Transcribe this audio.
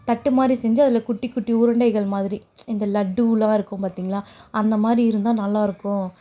தட்டுமாதிரி செஞ்சு அதில் குட்டி குட்டி உருண்டைகள் மாதிரி இந்த லட்டெலாம் இருக்கும் பார்த்தீங்களா அந்தமாதிரி இருந்தால் நல்லாயிருக்கும்